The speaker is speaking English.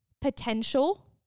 potential